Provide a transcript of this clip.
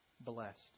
blessed